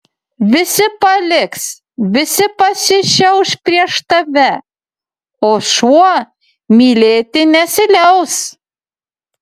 visi paliks visi pasišiauš prieš tave o šuo mylėti nesiliaus